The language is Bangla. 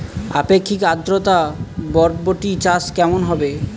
আপেক্ষিক আদ্রতা বরবটি চাষ কেমন হবে?